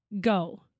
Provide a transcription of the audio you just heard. Go